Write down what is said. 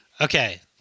Okay